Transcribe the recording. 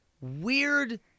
weird